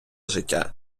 життя